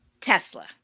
tesla